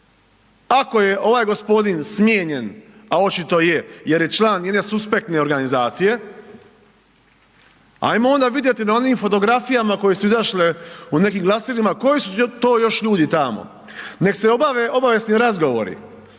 Ako je ovaj gospodin smijenjen, a očito je jer je član jedne suspektne organizacije, hajmo onda vidjeti na onim fotografijama koje su izašle u nekim glasilima, koji su to još ljudi tamo. Neka se obave obavijesni razgovori.